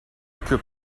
que